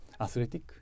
athletic